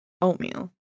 oatmeal